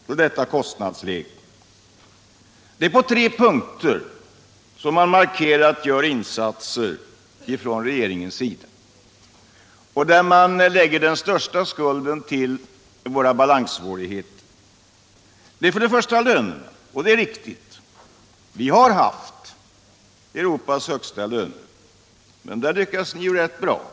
Finansdebatt Finansdebatt 120 Det är på tre punkter som man markerat gör insatser från regeringens sida och vill lägga den största skulden till våra balanssvårigheter. För det första är det lönerna. Det är riktigt att vi har haft Europas högsta löner. Men där lyckas ni ju rätt bra.